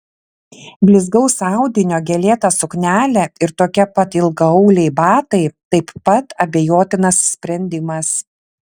blizgaus audinio gėlėta suknelė ir tokie pat ilgaauliai batai taip pat abejotinas sprendimas